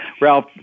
Ralph